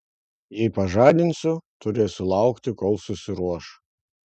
jei pažadinsiu turėsiu laukti kol susiruoš